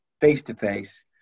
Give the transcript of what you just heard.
face-to-face